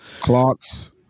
Clocks